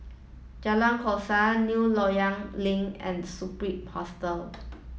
Jalan Koran New Loyang Link and Superb Hostel